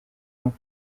noms